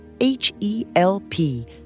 H-E-L-P